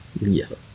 Yes